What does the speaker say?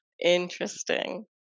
Interesting